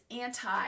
anti